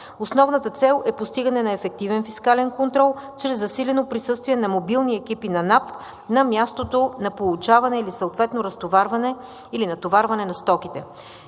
Основната цел е постигане на ефективен фискален контрол чрез засилено присъствие на мобилни екипи на НАП на мястото на получаване или съответно разтоварване или натоварване на стоките.